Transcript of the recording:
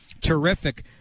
terrific